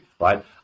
right